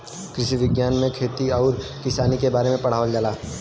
कृषि विज्ञान में खेती आउर किसानी के बारे में पढ़ावल जाला